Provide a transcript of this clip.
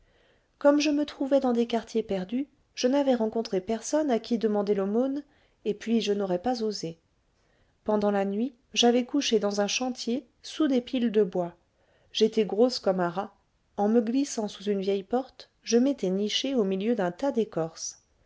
comme je me trouvais dans des quartiers perdus je n'avais rencontré personne à qui demander l'aumône et puis je n'aurais pas osé pendant la nuit j'avais couché dans un chantier sous des piles de bois j'étais grosse comme un rat en me glissant sous une vieille porte je m'étais nichée au milieu d'un tas d'écorces